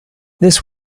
this